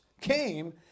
came